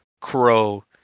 crow